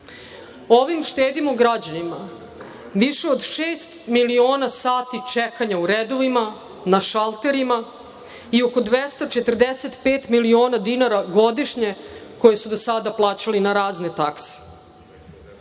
Ovim štedimo građanima više od šest miliona sati čekanja u redovima na šalterima i oko 245 miliona dinara godišnje koje su do sada plaćali na razne takse. Prvi